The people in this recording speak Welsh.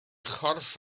chorff